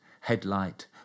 headlight